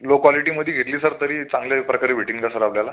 low क्वालिटीमधे घेतली sir तरी चांगले प्रकारे भेटेन का सर आपल्याला